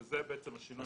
וזה השינוי.